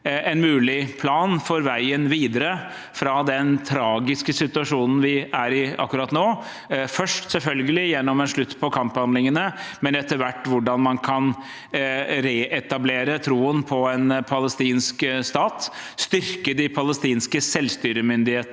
en mulig plan for veien videre fra den tragiske situasjonen vi er i akkurat nå – først, selvfølgelig, gjennom en slutt på kamphandlingene, men etter hvert om hvordan man kan reetablere troen på en palestinsk stat og styrke de